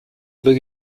über